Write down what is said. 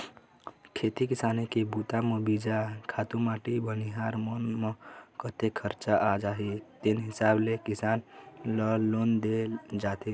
खेती किसानी के बूता म बीजा, खातू माटी बनिहार मन म कतेक खरचा आ जाही तेन हिसाब ले किसान ल लोन दे जाथे